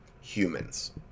humans